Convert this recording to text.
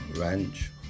ranch